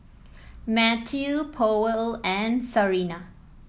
Matthew Powell and Sarina